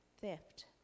theft